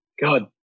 God